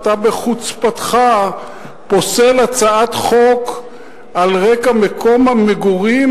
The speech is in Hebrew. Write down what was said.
ואתה בחוצפתך פוסל הצעת חוק על רקע מקום המגורים